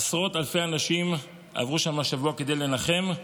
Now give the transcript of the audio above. עשרות אלפי אנשים עברו שם השבוע כדי לנחם,